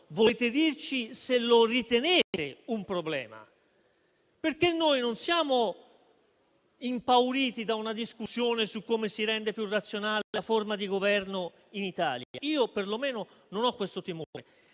volete dirci se lo ritenete un problema? Noi, infatti, non siamo impauriti da una discussione su come si rende più razionale la forma di Governo in Italia. Io, perlomeno, non ho questo timore.